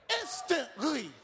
instantly